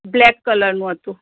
black કલરનું હતું